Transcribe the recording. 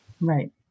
Right